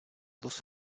dos